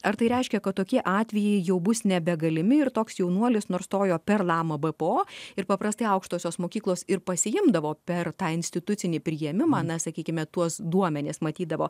ar tai reiškia kad tokie atvejai jau bus nebegalimi ir toks jaunuolis nors stojo per lama bpo ir paprastai aukštosios mokyklos ir pasiimdavo per tą institucinį priėmimą na sakykime tuos duomenis matydavo